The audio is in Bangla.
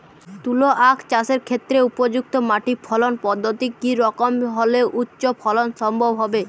তুলো আঁখ চাষের ক্ষেত্রে উপযুক্ত মাটি ফলন পদ্ধতি কী রকম হলে উচ্চ ফলন সম্ভব হবে?